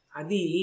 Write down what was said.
adi